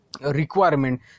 requirement